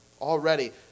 already